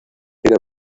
era